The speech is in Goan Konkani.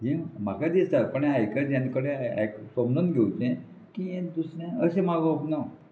म्हाका दिसता पण आयकोवचें हे समजून घेवचे की हे दुसरें अशें मागोवप ना